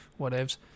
whatevs